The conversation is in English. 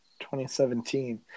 2017